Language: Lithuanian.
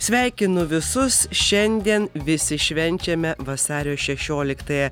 sveikinu visus šiandien visi švenčiame vasario šešioliktąją